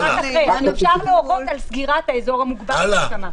אבל אפשר להורות על סגירת האזור המוגבל כמו שאמרתי.